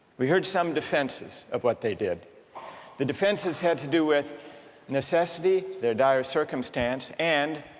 we heard some defenses of what they did the defense has had to do with necessity the dire circumstance and,